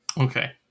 Okay